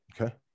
Okay